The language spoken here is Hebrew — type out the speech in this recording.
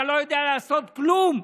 אתה לא יודע לעשות כלום,